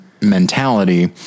mentality